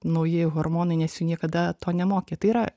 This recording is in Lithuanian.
nauji hormonai nes jų niekada to nemokė tai yra